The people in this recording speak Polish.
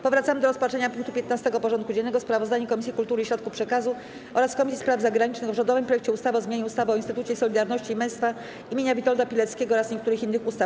Powracamy do rozpatrzenia punktu 15. porządku dziennego: Sprawozdanie Komisji Kultury i Środków Przekazu oraz Komisji Spraw Zagranicznych o rządowym projekcie ustawy o zmianie ustawy o Instytucie Solidarności i Męstwa imienia Witolda Pileckiego oraz niektórych innych ustaw.